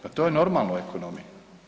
Pa to je normalno u ekonomiji.